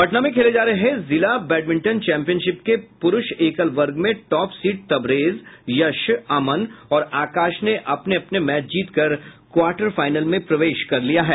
पटना में खेले जा रहे जिला बैडमिंटन चैंपियनशिप के प्ररूष एकल वर्ग में टॉप सीड तबरेज यश अमन और आकाश ने अपने अपने मैच जीतकर क्वार्टर फाइनल में प्रवेश कर लिया है